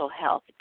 health